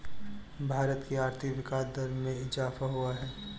भारत की आर्थिक विकास दर में इजाफ़ा हुआ है